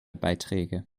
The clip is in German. beiträge